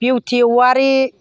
beauty Owary